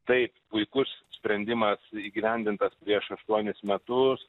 taip puikus sprendimas įgyvendintas prieš aštuonis metus